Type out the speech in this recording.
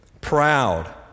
proud